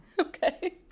Okay